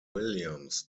williams